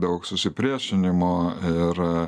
daug susipriešinimo ir